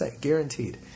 guaranteed